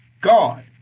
God